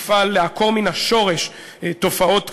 ותפעל לעקור מן השורש תופעות כאלה.